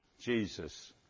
Jesus